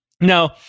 Now